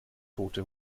tote